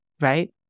right